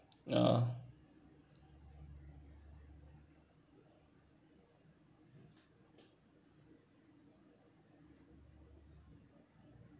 uh